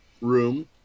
room